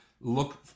look